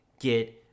get